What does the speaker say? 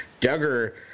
Duggar